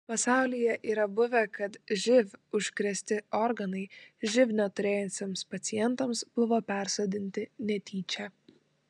pasaulyje yra buvę kad živ užkrėsti organai živ neturėjusiems pacientams buvo persodinti netyčia